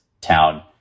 town